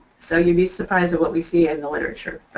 so you'd be surprised what we see in the literature.